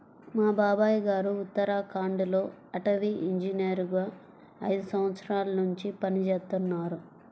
మా బాబాయ్ గారు ఉత్తరాఖండ్ లో అటవీ ఇంజనీరుగా ఐదు సంవత్సరాల్నుంచి పనిజేత్తన్నారు